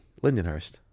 Lindenhurst